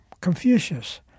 Confucius